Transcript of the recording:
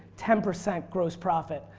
ten percent gross profit.